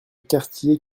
quartier